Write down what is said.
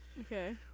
Okay